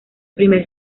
primer